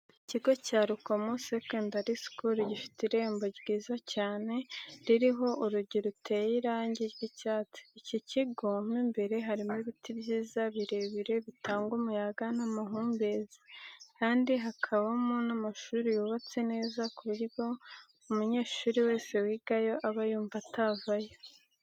Ikigo cya Rukomo Sec School gifite irembo ryiza cyane ririho urugi ruteye irangi ry'icyatsi. Iki kigo mu imbere harimo ibiti byiza birebire bitanga umuyaga n'amahumbezi kandi hakabamo n'amashuri yubatse neza ku buryo umunyeshuri wese wigayo aba yumva atavayo.